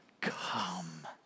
come